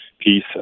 piece